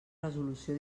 resolució